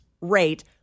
rate